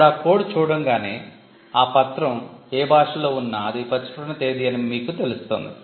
ఇప్పుడా కోడ్ చూడంగానే ఆ పత్రం ఏ భాషలో ఉన్నా అది ప్రచురణ తేదీ అని మీకు తెలుస్తుంది